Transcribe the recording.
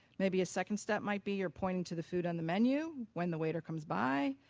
maybe a second step might be you're pointing to the food on the menu when the waiter comes by,